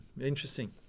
Interesting